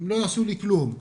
הם לא יעשו כלום.